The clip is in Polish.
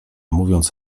mówiąc